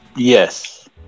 Yes